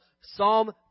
Psalm